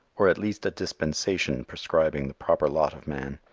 or at least a dispensation prescribing the proper lot of man.